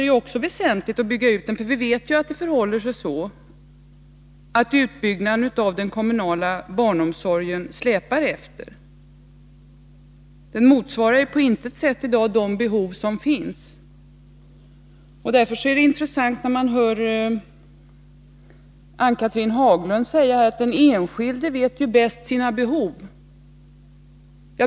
Det är vidare väsentligt att bygga ut den kommunala barnomsorgen därför att utbyggnaden av den släpar efter, så att de behov som i dag finns på intet sätt motsvaras. Det är intressant att höra Ann-Cathrine Haglund säga att den enskilde bäst känner till sina behov.